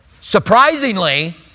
Surprisingly